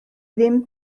ddim